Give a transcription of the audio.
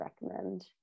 recommend